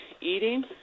eating